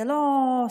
זה לא סתם.